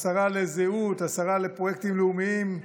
השרה לזהות, השרה לפרויקטים לאומיים,